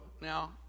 Now